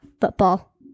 Football